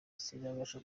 sinabasha